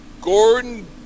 Gordon